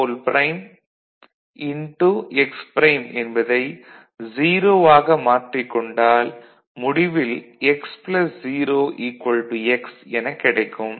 x' என்பதை 0 ஆக மாற்றிக் கொண்டால் முடிவில் x எ0 x எனக் கிடைக்கும்